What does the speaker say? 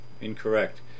incorrect